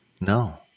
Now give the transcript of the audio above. No